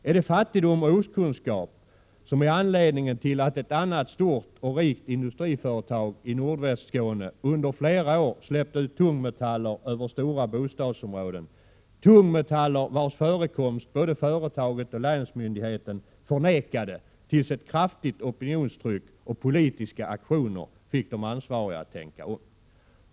Är det fattigdom och okunskap som är anledningen till att ett annat stort och rikt industriföretag i Nordvästskåne under flera år släppt ut tungmetaller över stora bostadområden, tungmetaller vilkas förekomst både företaget och länsmyndigheten förnekade tills ett kraftigt opinionstryck och politiska aktioner fick de ansvariga att tänka om.